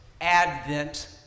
Advent